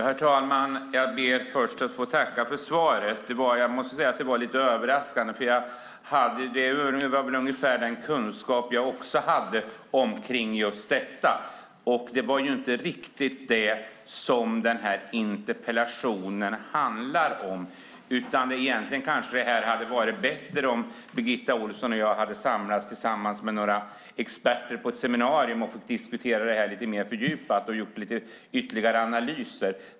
Herr talman! Jag ber att först få tacka för svaret. Det var lite överraskande. Det innehöll ungefär den kunskap jag hade om just detta. Det var inte riktigt det som interpellationen handlar om. Det hade kanske varit bättre om Birgitta Ohlsson och jag tillsammans med några experter hade samlats på ett seminarium och fått diskutera det här lite mer fördjupat och gjort ytterligare analyser.